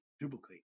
duplicate